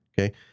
Okay